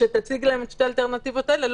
כשתציג להם את שתי האלטרנטיבות האלה,